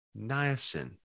niacin